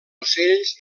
ocells